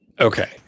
Okay